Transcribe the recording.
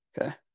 Okay